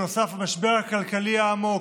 נוסף למשבר הכלכלי העמוק,